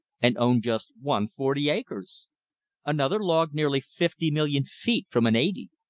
and owned just one forty-acres! another logged nearly fifty million feet from an eighty!